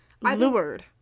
Lured